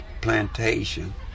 plantation